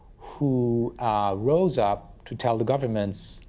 who rose up to tell the governments,